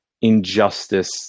injustice